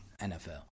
NFL